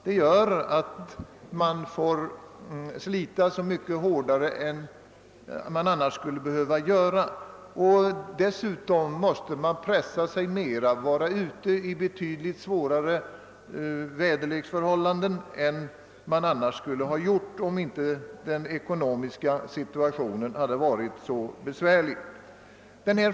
Det gör att besättningsmännen får slita så mycket hårdare än de annars hade behövt göra. Dessutom måste de pressa sig mera och vara ute under betydligt svårare väderleksförhållanden än de skulle behövt göra, om inte den ekonomiska situationen varit så besvärlig.